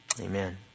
amen